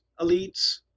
elites